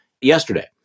yesterday